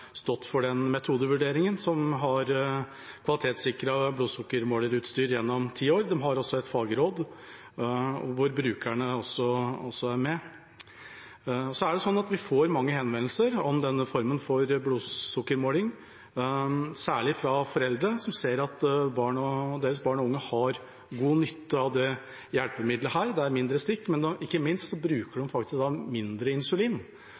stått for den metodevurderingen. De har et fagråd hvor brukerne også er med. Så er det sånn at vi får mange henvendelser om denne formen for blodsukkermåling, særlig fra foreldre som ser at deres barn og unge har god nytte av dette hjelpemiddelet. Det er mindre stikk, men ikke minst bruker de mindre insulin